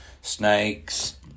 snakes